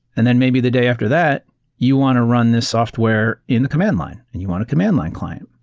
and then maybe the day after that you want to run this software in the command line and you want a commandline client.